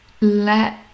let